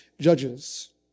judges